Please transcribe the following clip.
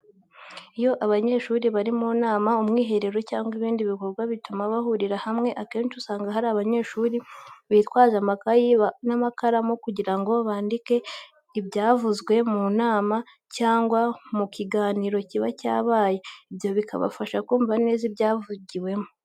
Iyo abanyeshuri bari mu nama, umwiherero, cyangwa ibindi bikorwa bituma bahurira hamwe akenshi usanga hari abanyeshuri bitwaza amakayi n'amakaramu kugira ngo bandike bimeze mu byavuzwe mu nama cyangwa mu kiganiro kiba cyabaye, ibyo bikabafasha kumva neza ibyavuzweho.